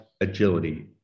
agility